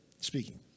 speaking